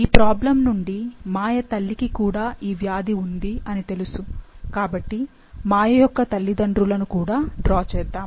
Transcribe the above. ఈ ప్రాబ్లమ్ నుండి మాయ తల్లికి కూడా ఈ వ్యాధి ఉంది అని తెలుసు కాబట్టి మాయ యొక్క తల్లిదండ్రులను కూడా డ్రా చేద్దాము